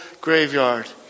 graveyard